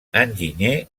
enginyer